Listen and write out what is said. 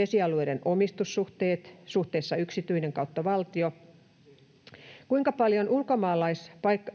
vesialueiden omistussuhteet suhteessa yksityinen ja valtio? Kuinka paljon